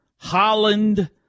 Holland